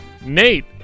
Nate